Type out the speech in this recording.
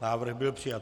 Návrh byl přijat.